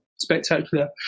spectacular